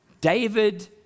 David